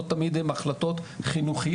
לא תמיד הן החלטות חינוכיות.